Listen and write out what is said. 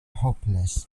hopeless